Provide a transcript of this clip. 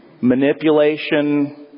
manipulation